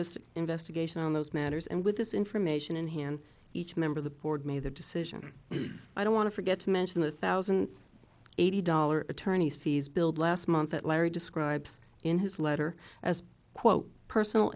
d investigation on those matters and with this information in hand each member of the board made the decision i don't want to forget to mention the thousand and eighty dollars attorney's fees billed last month that larry describes in his letter as quote personal